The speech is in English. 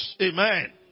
Amen